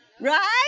Right